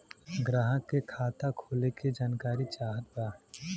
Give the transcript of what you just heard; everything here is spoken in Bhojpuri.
ग्राहक के खाता खोले के जानकारी चाहत बा?